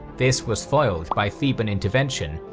this was foiled by theban intervention,